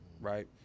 right